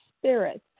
spirit